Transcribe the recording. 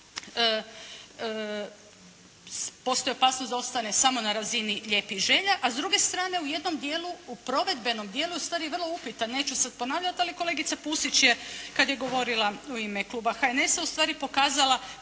Postoji opasnost da ostane samo na razini lijepih želja a s druge strane u jednom dijelu, u provedbenom dijelu ustvari je vrlo upitan. Neću sad ponavljati ali kolegica Pusić je kad je govorila u ime Kluba HNS-a ustvari pokazala